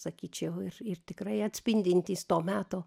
sakyčiau ir ir tikrai atspindintys to meto